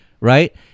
right